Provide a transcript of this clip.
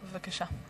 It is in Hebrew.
בבקשה.